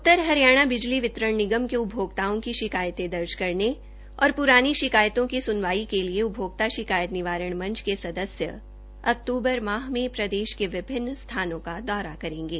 उत्तर हरियाणा बिजली वितरण निगम के उपभोक्ताओं की शिकायतें दर्ज करने और प्रानी शिकायतों की सुनवाई के लिए उपभोक्ता शिकायत निवारण मंच के सदस्य अक्तूबर माह में प्रदेश के विभिन्न स्थानों का दौरा करेंगे